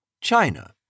China